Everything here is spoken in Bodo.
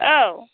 औ